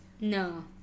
No